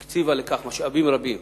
והיא הקציבה לכך משאבים רבים,